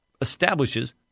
establishes